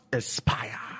aspire